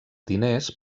diners